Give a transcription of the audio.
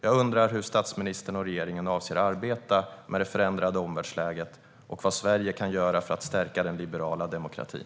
Jag undrar hur statsministern och regeringen avser att arbeta med det förändrade omvärldsläget och vad Sverige kan göra för att stärka den liberala demokratin.